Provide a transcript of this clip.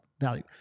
value